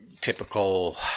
typical